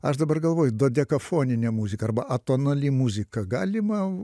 aš dabar galvoju dodekafoninė muziką arba atonali muzika galima